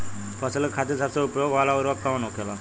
फसल के खातिन सबसे उपयोग वाला उर्वरक कवन होखेला?